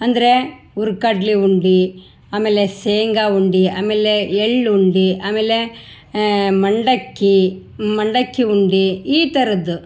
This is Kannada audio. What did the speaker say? ಅಂದರೆ ಹುರ್ಗಡಲೆ ಉಂಡೆ ಆಮೇಲೆ ಶೇಂಗಾ ಉಂಡೆ ಆಮೇಲೆ ಎಳ್ಳು ಉಂಡೆ ಆಮೇಲೆ ಮಂಡಕ್ಕಿ ಮಂಡಕ್ಕಿ ಉಂಡೆ ಈ ಥರದ್